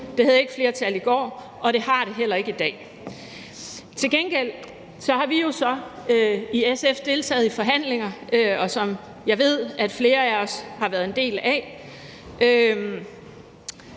Det havde ikke flertal i går, og det har det heller ikke i dag. Til gengæld har vi jo så i SF deltaget i forhandlinger, som jeg ved at flere af os har været en del af.